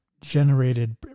generated